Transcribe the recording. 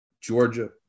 Georgia